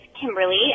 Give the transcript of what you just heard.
Kimberly